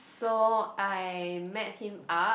so I met him up